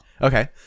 Okay